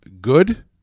good